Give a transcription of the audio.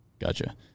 Gotcha